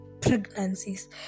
Pregnancies